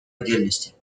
отдельности